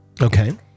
Okay